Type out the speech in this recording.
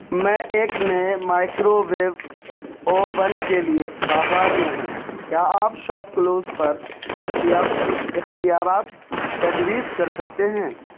میں ایک نئے مائکروویو اوون کے لیے بازار میں ہوں کیا آپ شاپکلوز پر دستیاب کچھ اختیارات تجویز کر سکتے ہیں